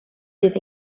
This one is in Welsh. bydd